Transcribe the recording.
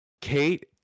Kate